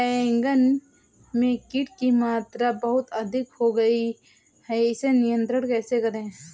बैगन में कीट की मात्रा बहुत अधिक हो गई है इसे नियंत्रण कैसे करें?